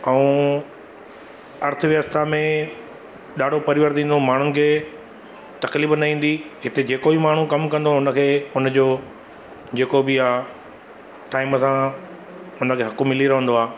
ऐं अर्थव्यवस्था में ॾाढो परिवर्तन ईंदो माण्हुनि खे तकलीफ़ न ईंदी हिथे जेको बि माण्हू कमु कंदो हुन खे हुन जो जेको बि आहे टाइम सां उनखे हक़ु मिली रहंदो आहे